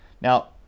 Now